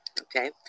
okay